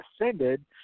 ascended